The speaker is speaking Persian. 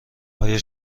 آیا